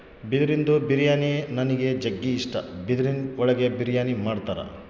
ಬಿದಿರಿಂದು ಬಿರಿಯಾನಿ ನನಿಗ್ ಜಗ್ಗಿ ಇಷ್ಟ, ಬಿದಿರಿನ್ ಒಳಗೆ ಬಿರಿಯಾನಿ ಮಾಡ್ತರ